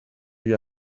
you